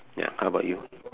ya how about you